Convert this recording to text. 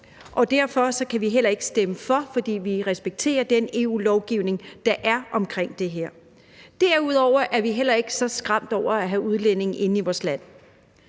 og derfor kan vi heller ikke stemme for. For vi respekterer den EU-lovgivning, der er omkring det her. Derudover er vi heller ikke så skræmte over at have udlændinge inde i vores land.